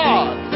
God